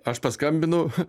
aš paskambinu